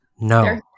No